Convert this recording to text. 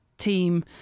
Team